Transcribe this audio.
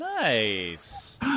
Nice